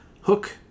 hook